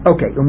Okay